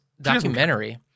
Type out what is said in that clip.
documentary